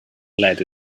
lead